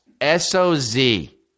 S-O-Z